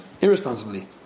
irresponsibly